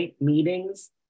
meetings